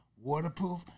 waterproof